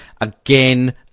Again